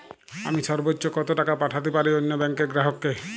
আমি সর্বোচ্চ কতো টাকা পাঠাতে পারি অন্য ব্যাংক র গ্রাহক কে?